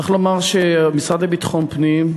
צריך לומר שהמשרד לביטחון פנים,